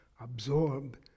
absorb